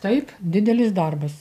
taip didelis darbas